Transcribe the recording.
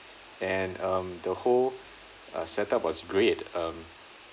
and um the whole uh setup was great um